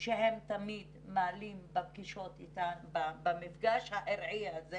שהם תמיד מעלים במפגש הארעי הזה: